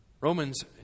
Romans